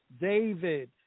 David